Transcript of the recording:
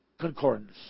Concordance